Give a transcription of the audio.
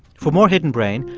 for more hidden brain,